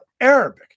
Arabic